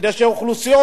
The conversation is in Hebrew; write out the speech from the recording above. כדי שאוכלוסיות,